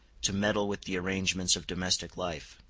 to meddle with the arrangements of domestic life.